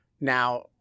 Now